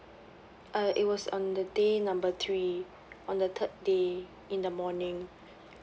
uh it was on the day number three on the third day in the morning